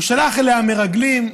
הוא שלח אליה מרגלים,